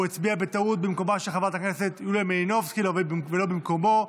הוא הצביע בטעות במקומה של חברת הכנסת יוליה מלינובסקי ולא במקומו.